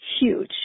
huge